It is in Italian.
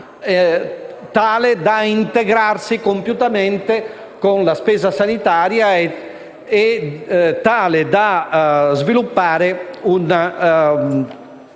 tale da integrarsi compiutamente con la spesa sanitaria e sviluppare